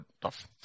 tough